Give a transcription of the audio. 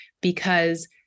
because-